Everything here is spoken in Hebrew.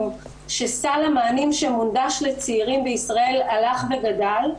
שסל המענים שמונגש לצעירים בישראל הלך וגדל,